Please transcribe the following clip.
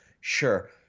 sure